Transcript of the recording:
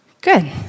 Good